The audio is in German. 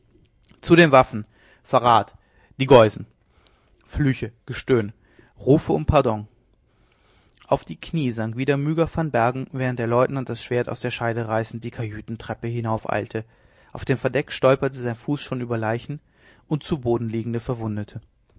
zu den waffen verrat die geusen flüche gestöhn rufe um pardon auf die knie sank wieder myga van bergen während der leutnant das schwert aus der scheide reißend die kajütentreppe hinaufeilte auf dem verdeck stolperte sein fuß schon über leichen und zu boden liegende verwundete